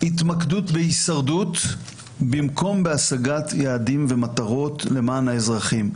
התמקדות בהישרדות במקום בהשגת יעדים ומטרות למען האזרחים,